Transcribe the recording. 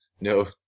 No